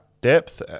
depth